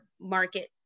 market